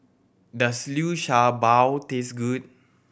does Liu Sha Bao taste good